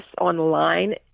online